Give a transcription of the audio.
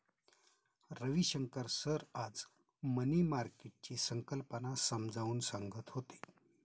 Ravishankar sir आज money मार्केटची संकल्पना समजावून सांगत होते